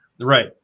right